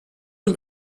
dem